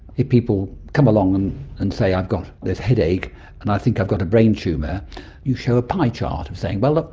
if people come along and and say, i've got this headache and i think i've got a brain tumour you show a pie chart saying, but look,